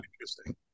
interesting